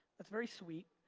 that's very sweet.